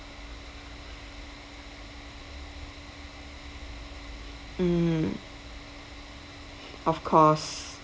mm of course